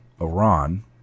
Iran